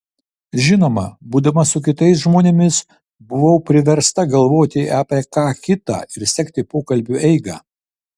žinoma būdama su kitais žmonėmis buvau priversta galvoti apie ką kita ir sekti pokalbių eigą